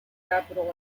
capital